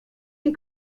die